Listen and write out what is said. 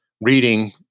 reading